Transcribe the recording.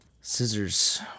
Scissors